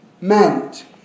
meant